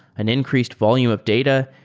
and increased volume of data,